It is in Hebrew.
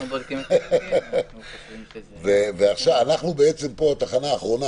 צריך ------ אנחנו התחנה האחרונה